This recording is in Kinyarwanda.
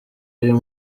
y’uyu